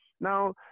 Now